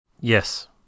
Yes